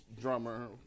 drummer